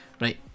right